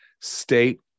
state